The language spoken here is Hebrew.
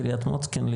קרית מוצקין,